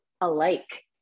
alike